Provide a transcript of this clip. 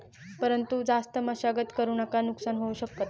परंतु जास्त मशागत करु नका नुकसान होऊ शकत